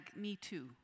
MeToo